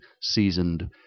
seasoned